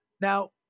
Now